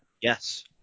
Yes